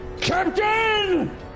Captain